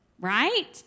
right